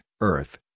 earth